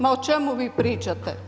Ma o čemu vi pričate?